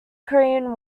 korean